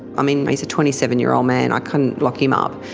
i mean, he's a twenty seven year old man, i couldn't lock him up.